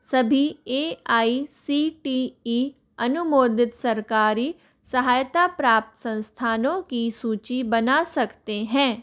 सभी A I C T E अनुमोदित सरकारी सहायता प्राप्त संस्थानों की सूची बना सकते हैं